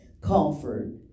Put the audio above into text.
comfort